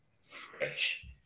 fresh